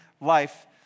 life